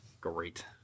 Great